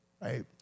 right